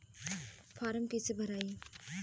Form कईसे भराई?